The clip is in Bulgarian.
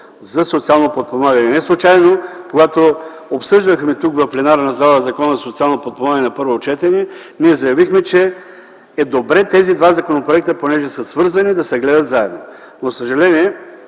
за социално подпомагане. Неслучайно когато обсъждахме в пленарната зала Закона за социално подпомагане на първо четене, ние заявихме, че е добре тези два законопроекта, понеже са свързани, да се гледат заедно. За съжаление,